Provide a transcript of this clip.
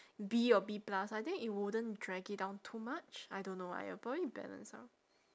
B or B plus I think it wouldn't drag it down too much I don't know uh it'll probably balance out